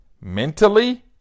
Mentally